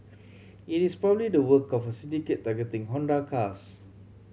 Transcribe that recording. it is probably the work of a syndicate targeting Honda cars